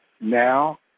now